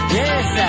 yes